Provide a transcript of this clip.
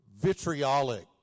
vitriolic